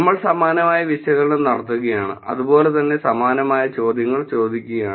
നമ്മൾ സമാനമായ വിശകലനം നടത്തുകയാണ് അതുപോലെ തന്നെ സമാനമായ ചോദ്യങ്ങൾ ചോദിക്കുകയുമാണ്